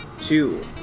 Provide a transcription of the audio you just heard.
two